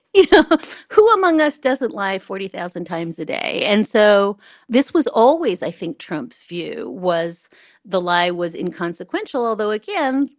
you know who among us doesn't lie forty thousand times a day? and so this was always i think trump's view was the lie was inconsequential, although, again,